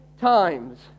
times